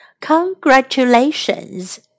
Congratulations